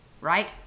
right